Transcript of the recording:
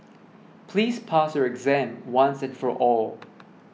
please pass your exam once and for all